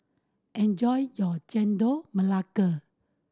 enjoy your Chendol Melaka